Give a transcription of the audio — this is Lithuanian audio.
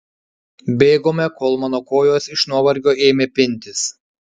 bėgome kol mano kojos iš nuovargio ėmė pintis